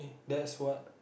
that's what